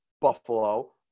Buffalo